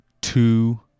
Two